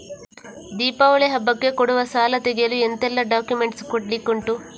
ದೀಪಾವಳಿ ಹಬ್ಬಕ್ಕೆ ಕೊಡುವ ಸಾಲ ತೆಗೆಯಲು ಎಂತೆಲ್ಲಾ ಡಾಕ್ಯುಮೆಂಟ್ಸ್ ಕೊಡ್ಲಿಕುಂಟು?